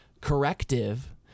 corrective